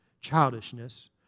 childishness